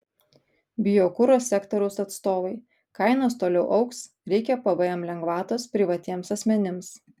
biokuro sektoriaus atstovai kainos toliau augs reikia pvm lengvatos privatiems asmenims